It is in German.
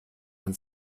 man